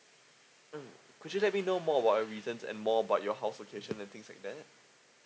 mm could you let me know more about your reasons and more about your house situation and things like that